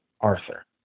Arthur